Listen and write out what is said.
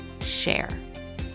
share